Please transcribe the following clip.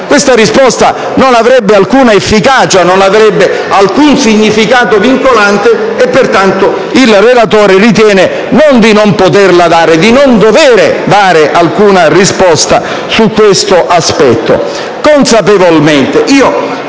la sua risposta, ma non avrebbe alcuna efficacia e alcun significato vincolante, pertanto il relatore ritiene non di non poterla dare, bensì di non dover dare alcuna risposta su questo aspetto. "Consapevolmente":